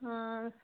آ